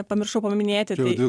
pamiršau paminėti tai